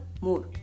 More